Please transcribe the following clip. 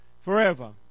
forever